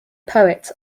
poets